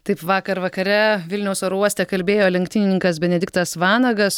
taip vakar vakare vilniaus oro uoste kalbėjo lenktynininkas benediktas vanagas